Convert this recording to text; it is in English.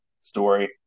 story